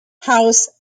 house